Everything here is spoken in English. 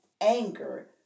anger